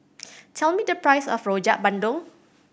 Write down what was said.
tell me the price of Rojak Bandung